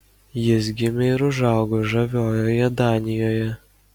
jis gimė ir užaugo žaviojoje danijoje